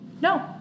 No